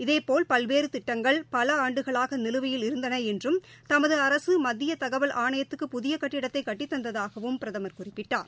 இதேபோல் பல்வேறு திட்டங்கள்பல ஆண்டுகளாக நிலுவையில் இருந்தன என்றும் தமது அரசு மத்திய தகவல் ஆணையத்துக்கு புதிய கட்டிடத்தை கட்டித் தந்ததாகவும் பிரதம் குறிப்பிட்டார்